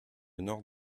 nord